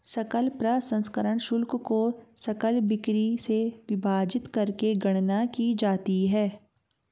सकल प्रसंस्करण शुल्क को सकल बिक्री से विभाजित करके गणना की जाती है